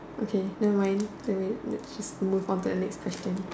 okay nevermind can we like let's just move on to the next question